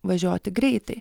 važiuoti greitai